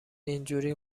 اینجوری